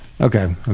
okay